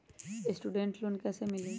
Student loan कैसे मिली?